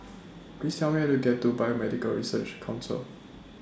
Please Tell Me How to get to Biomedical Research Council